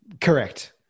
Correct